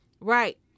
Right